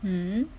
mm